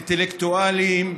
אינטלקטואלים,